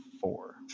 four